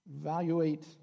Evaluate